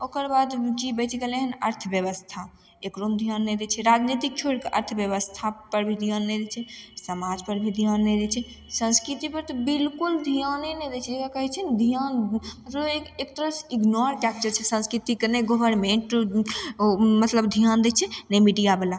ओकरबाद की बचि गेलय अर्थव्यवस्था एकरोमे ध्यान नहि दै छै राजनैतिक छोड़िके अर्थव्यवस्थापर भी ध्यान नहि दै छै समाजपर भी ध्यान नहि दै छै संस्कृतिपर तऽ बिल्कुल ध्याने नहि दै छै जकरा कहय छै ने ध्यान मतलब एक तरहसँ इग्नोर कएके चलय छै संस्कृतिके नहि घरमे ओ मतलब ध्यान दै छै ने मीडियावला